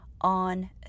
on